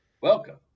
Welcome